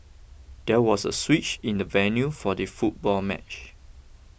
there was a switch in the venue for the football match